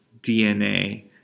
DNA